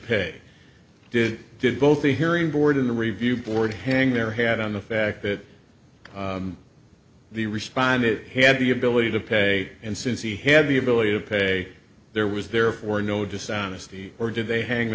pay did did both the hearing board in the review board hang their hat on the fact that the responded had the ability to pay and since he had the ability to pay there was therefore no dishonesty or did they hang